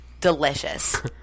delicious